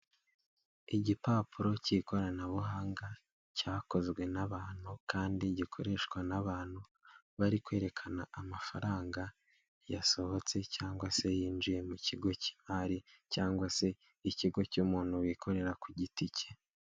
Igipapuro cy'ikoranabuhanga cyakozwe n'abantu kandi gikoreshwa n'abantu, bari kwerekana amafaranga yasohotse cyangwa se yinjiye mu kigo cy'imari, cyangwa se ikigo cy'umuntu wikorera ku giti cye.